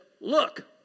look